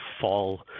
fall